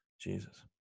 Jesus